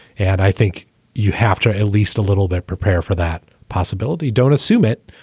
and i think you have to at least a little bit prepare for that possibility. don't assume it,